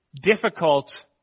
difficult